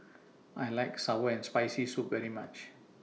I like Sour and Spicy Soup very much